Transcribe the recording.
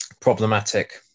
Problematic